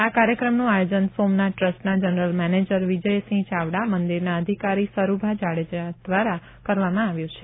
આ કાર્યક્રમનું આયોજન સોમનાથ ટ્રસ્ટના જનરલ મેનેજર વિજયસિંહ ચાવડા મંદિર અધિકારી સરૂભા જાડેજા ધ્વારા કરવામાં આવ્યું છે